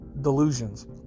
delusions